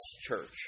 church